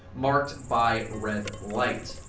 marked by red light.